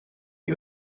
you